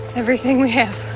everything we have.